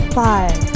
five